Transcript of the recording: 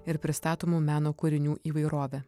ir pristatomų meno kūrinių įvairove